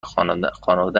خانواده